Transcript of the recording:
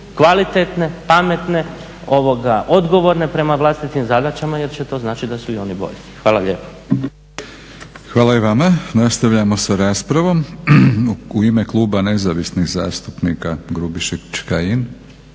kvalitetne, pametne, odgovorne prema vlastitim zadaćama jer će to značiti da su i oni … Hvala lijepo. **Batinić, Milorad (HNS)** Hvala i vama. Nastavljamo sa raspravom. U ime Kluba Nezavisnih zastupnika, Grubišić, Kajin.